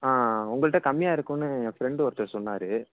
உங்கள்ட கம்மியா இருக்கும்னு என் ஃப்ரெண்டு ஒருத்தர் சொன்னாரு